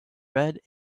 red